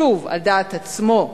שוב על דעת עצמו,